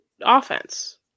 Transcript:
offense